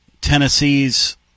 Tennessee's